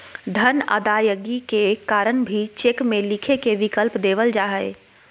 धन अदायगी के कारण भी चेक में लिखे के विकल्प देवल जा हइ